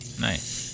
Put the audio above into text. Nice